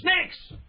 snakes